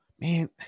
Man